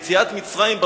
יציאת מצרים,